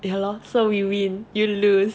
yeah lor so we win you lose